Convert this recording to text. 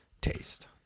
taste